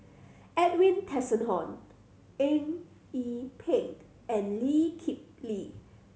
Edwin Tessensohn Eng Yee Peng and Lee Kip Lee